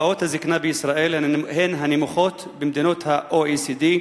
שקצבאות הזיקנה בישראל הן הנמוכות במדינות ה-OECD,